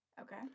Okay